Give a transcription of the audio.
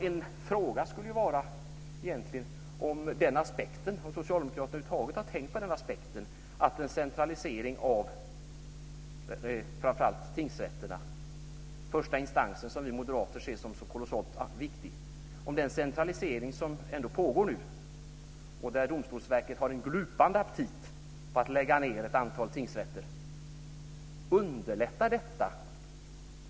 En fråga skulle vara till socialdemokraterna, om de nu över huvud taget har tänkt på den aspekten: Underlättar den centralisering av framför allt tingsrätterna, första instansen som vi moderater ser som så kolossalt viktig, som pågår och där Domstolsverket har en glupande aptit på att lägga ned ett antal tingsrätter nämndemännens medverkan?